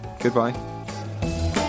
Goodbye